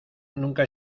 nunca